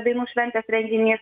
dainų šventės renginys